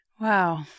Wow